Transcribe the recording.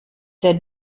der